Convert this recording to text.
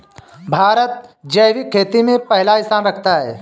भारत जैविक खेती में पहला स्थान रखता है